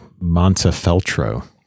Montefeltro